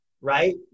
right